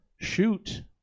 shoot